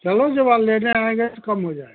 चलो जब आप लेने आएँगे तब कम हो जाएगा